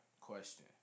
question